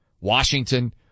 Washington